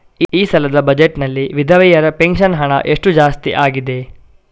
ಈ ಸಲದ ಬಜೆಟ್ ನಲ್ಲಿ ವಿಧವೆರ ಪೆನ್ಷನ್ ಹಣ ಎಷ್ಟು ಜಾಸ್ತಿ ಆಗಿದೆ?